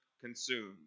consumed